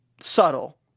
subtle